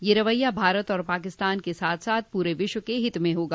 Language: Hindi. यह रवैया भारत और पाकिस्तान के साथ साथ पूरे विश्व के हित में होगा